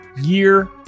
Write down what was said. year